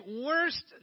worst